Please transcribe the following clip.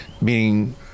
meaning